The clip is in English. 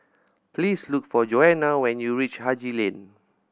please look for Johanna when you reach Haji Lane